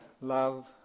love